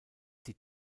die